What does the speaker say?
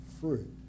fruit